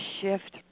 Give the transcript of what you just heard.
shift